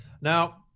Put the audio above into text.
Now